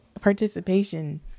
participation